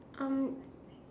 um